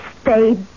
stay